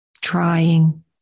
trying